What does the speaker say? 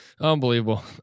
Unbelievable